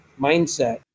mindset